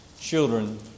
children